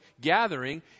gathering